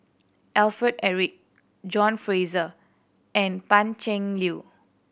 Alfred Eric John Fraser and Pan Cheng Lui